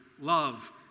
love